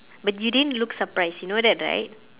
but you didn't looked surprised you know that right